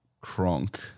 Kronk